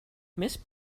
miss